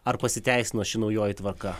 ar pasiteisino ši naujoji tvarka